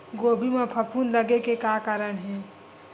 गोभी म फफूंद लगे के का कारण हे?